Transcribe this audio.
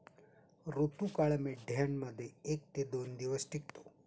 ऋतुकाळ मेंढ्यांमध्ये एक ते दोन दिवस टिकतो